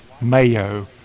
mayo